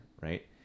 right